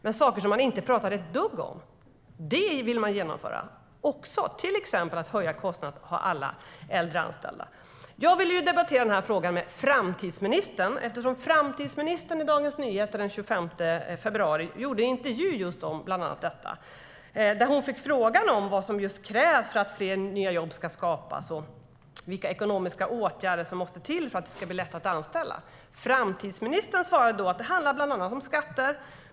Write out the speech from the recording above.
Men saker som man inte talade ett dugg om vill man genomföra, till exempel att höja kostnaderna att ha alla äldre anställda. Jag ville debattera den här frågan med framtidsministern eftersom framtidsministern i Dagens Nyheter den 25 februari gjorde en intervju om bland annat detta. Hon fick där frågan om vad som krävs för att fler nya jobb ska skapas och vilka ekonomiska åtgärder som måste till för att det ska bli lättare att anställa. Framtidsministern svarade då: Det handlar bland annat om skatter.